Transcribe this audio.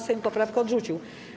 Sejm poprawkę odrzucił.